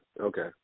Okay